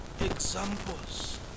examples